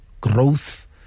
growth